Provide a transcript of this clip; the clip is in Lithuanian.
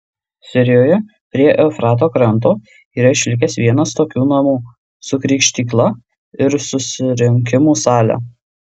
sirijoje prie eufrato kranto yra išlikęs vienas iš tokių namų su krikštykla ir susirinkimų sale